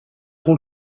rôle